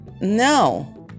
No